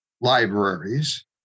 libraries